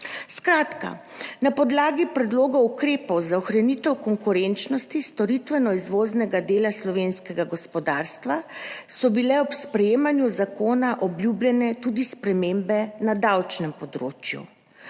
Skratka, na podlagi predlogov ukrepov za ohranitev konkurenčnosti storitvenoizvoznega dela slovenskega gospodarstva so bile ob sprejemanju zakona obljubljene tudi spremembe na davčnem področju.